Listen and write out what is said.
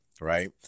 right